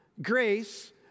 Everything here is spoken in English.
Grace